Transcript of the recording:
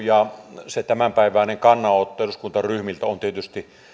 ja se tämänpäiväinen kannanotto eduskuntaryhmiltä on tietysti